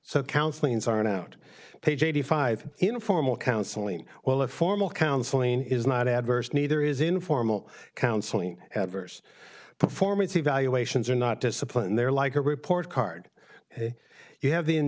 so counseling is on out page eighty five in a formal counseling while a formal counseling is not adverse neither is informal counseling evers performance evaluations are not discipline they're like a report card you have the